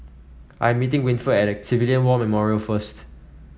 I'm meeting Winford at Civilian War Memorial first